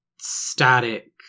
static